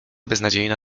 beznadziejna